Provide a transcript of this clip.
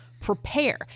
prepare